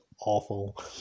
awful